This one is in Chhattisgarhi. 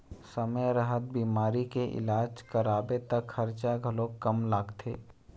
समे रहत बिमारी के इलाज कराबे त खरचा घलोक कम लागथे